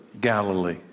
Galilee